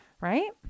right